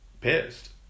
pissed